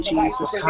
Jesus